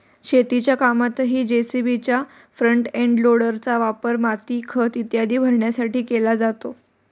शेतीच्या कामातही जे.सी.बीच्या फ्रंट एंड लोडरचा वापर माती, खत इत्यादी भरण्यासाठी केला जातो